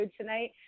tonight